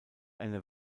eine